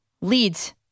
leads